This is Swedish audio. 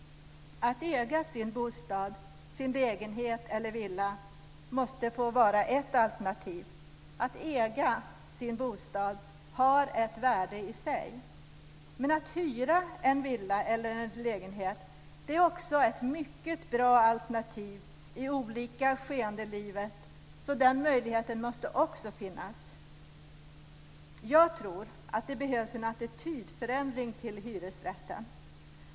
Att äga sin bostad, lägenhet eller villa måste få vara ett alternativ. Att äga sin bostad har ett värde i sig. Att hyra en villa eller en lägenhet är också ett mycket bra alternativ i olika skeden i livet, så den möjligheten måste också finnas. Jag tror att det behövs en attitydförändring till hyresrätten.